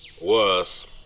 Worse